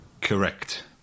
Correct